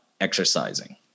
exercising